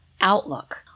outlook